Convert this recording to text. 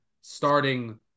starting